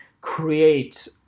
create